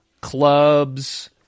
clubs